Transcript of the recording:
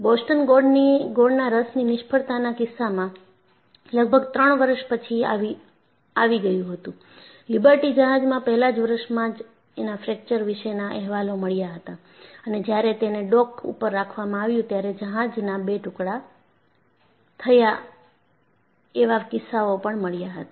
Boston ગોળના રસની નિષ્ફળતાના કિસ્સામાં લગભગ ત્રણ વર્ષ પછી આવી ગયું હતું લિબર્ટી જહાજમાં પહેલાં જ વર્ષમાં જ એના ફ્રેક્ચર વિશેના અહેવાલો મળ્યા હતું અને જ્યારે તેને ડોક ઉપર રાખવામાં આવ્યું ત્યારે જહાજના બે ટુકડા થયા એવા કિસ્સાઓ પણ મળ્યા હતા